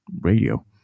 radio